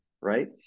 right